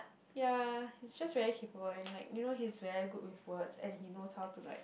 ya he's just very capable like you know he's very good with words and he knows how to like